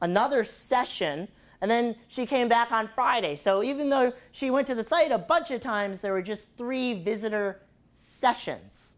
another session and then she came back on friday so even though she went to the site a bunch of times there were just three visitor sessions